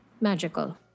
magical